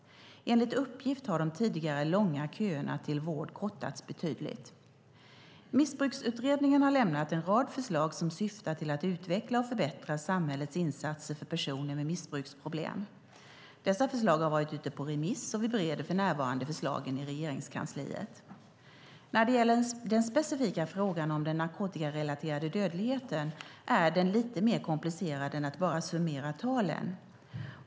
Enligt uppgift har de tidigare långa köerna till vård kortats betydligt. Missbruksutredningen har lämnat en rad förslag som syftar till att utveckla och förbättra samhällets insatser för personer med missbruksproblem. Dessa förslag har varit ute på remiss, och vi bereder för närvarande förslagen i Regeringskansliet. När det gäller den specifika frågan om den narkotikarelaterade dödligheten är den lite mer komplicerad än att bara summera talen.